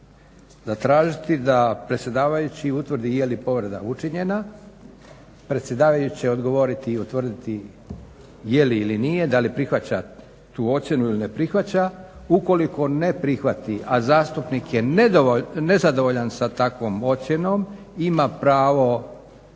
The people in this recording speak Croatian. zatražiti da predsjedavajući utvrdi je li povreda učinjena. Predsjedavajući će odgovoriti i utvrditi je li ili nije, da li prihvaća tu ocjenu ili ne prihvaća. Ukoliko ne prihvati, a zastupnik je nezadovoljan sa takvom ocjenom ima pravo